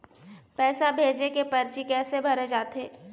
पैसा भेजे के परची कैसे भरे जाथे?